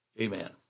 Amen